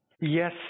Yes